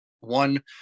One